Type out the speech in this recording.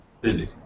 busy